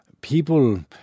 people